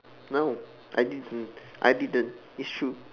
no I didn't I didn't it's true